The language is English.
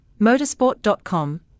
motorsport.com